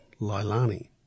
Lilani